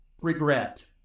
regret